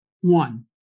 One